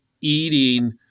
eating